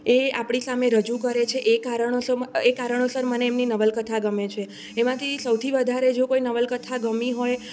એ આપણી સામે રજૂ કરે છે એ કારણો એ કારણોસર મને એમની નવલકથા ગમે છે એમાંથી સૌથી વધારે જો કોઈ નવલકથા ગમી હોય